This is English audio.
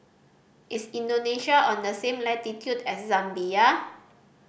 is Indonesia on the same latitude as Zambia